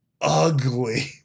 ugly